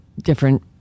different